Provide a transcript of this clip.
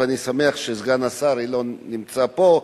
ואני שמח שסגן השר אילון נמצא פה.